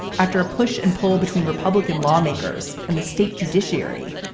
after a push and pull between republican lawmakers and the state judiciary,